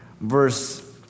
verse